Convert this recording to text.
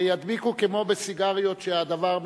שידביקו, כמו בסיגריות, שהדבר מסוכן,